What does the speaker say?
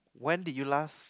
when did you last